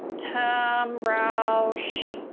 tom roush,